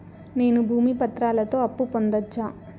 నేను భూమి పత్రాలతో అప్పు పొందొచ్చా?